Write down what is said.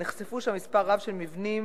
נחשפו שם מספר רב של מבנים,